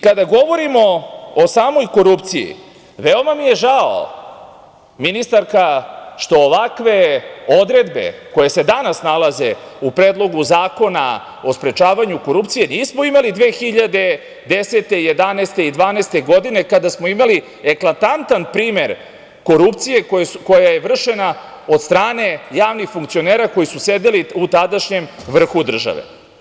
Kada govorimo o samoj korupciji, veoma mi je žao, ministarka, što ovakve odredbe koje se danas nalaze u Predlogu zakona o sprečavanju korupcije nismo imali 2010, 2011. i 2012. godine, kada smo imali eklatantan primer korupcije koja je vršena od strane javnih funkcionera koji su sedeli u tadašnjem vrhu države.